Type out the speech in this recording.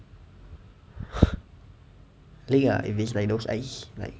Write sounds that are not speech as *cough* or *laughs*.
*laughs* lick ah if it's like those ice